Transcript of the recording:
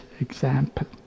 example